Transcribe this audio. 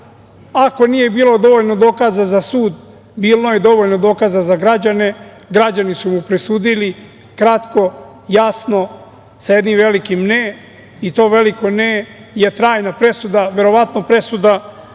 Ako nije bilo dovoljno dokaza za sud, bilo je dovoljno dokaza za građane, građani su mu presudili kratko, jasno, sa jednim velikim „ne“ i to veliko „ne“ je trajna presuda, verovatno presuda